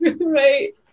Right